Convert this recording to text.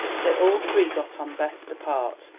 they all three got on best apart.